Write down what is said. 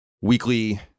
weekly